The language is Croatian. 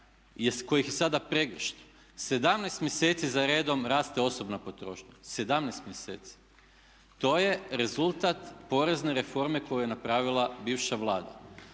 kojih je sada pregršt. 17 mjeseci zaredom raste osobna potrošnja, 17 mjeseci. To je rezultat porezne reforme koju je napravila bivša Vlada.